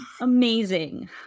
Amazing